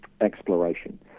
exploration